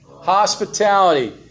Hospitality